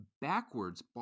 backwards